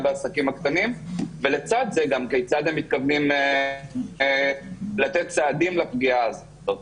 בעסקים הקטנים ולצד זה גם כיצד הם מתכוונים לתת סעדים לפגיעה הזאת.